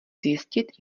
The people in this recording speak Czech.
zjistit